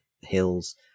hills